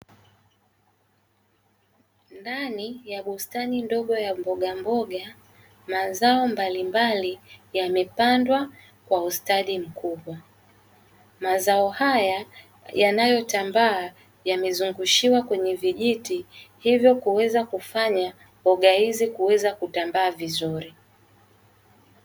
Ndani ya bustani ndogo ya mboga mboga, mazao mbalimbali yamepandwa kwa ustadi mkubwa. Mazao haya yanayotambaa yamezungushiwa kwenye vijiti, hivyo kuweza kufanya mboga hizi kuweza kutambaa vizuri.